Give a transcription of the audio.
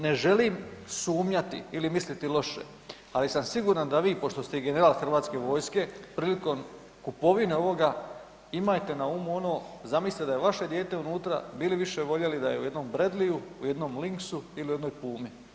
Ne želim sumnjati ili mislite loše ali sam siguran da vi pošto ste general hrvatske vojske, prilikom kupovine ovoga, imajte na umu ono, zamislite da je vaše dijete unutra, bi li više voljeli da je u jednom Bradleyju, u jednom Linksu ili u jednom Pumi.